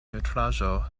nutraĵo